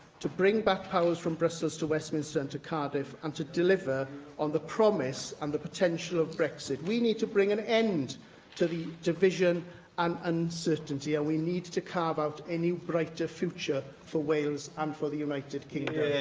to bring back powers from brussels to westminster and to cardiff, and to deliver on the promise and the potential of brexit. we need to bring an end to the division and uncertainty, and we need to carve out a new, brighter future for wales and for the united kingdom.